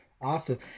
awesome